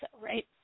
right